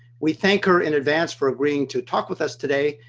we thank her in advance for agreeing to talk with us today,